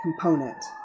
component